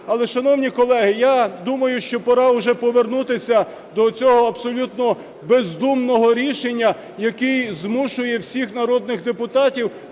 Але, шановні колеги, я думаю, що пора вже повернутися до оцього, абсолютно бездумного рішення, яке змушує всіх народних депутатів